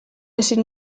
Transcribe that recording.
ezin